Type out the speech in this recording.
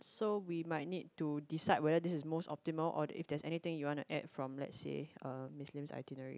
so we might need to decide whether this is most optimal or if there's anything you want to add from let's say uh Miss Lim's itinerary